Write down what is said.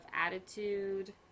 attitude